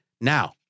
now